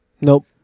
Nope